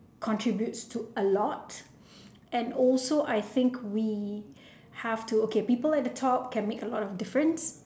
contributes to a lot and also I think we have to okay people like to talk can make a lot of difference